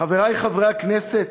חברי חברי הכנסת,